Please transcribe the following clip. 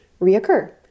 reoccur